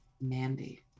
Mandy